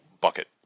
bucket